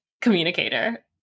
communicator